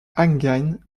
enghien